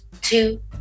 Two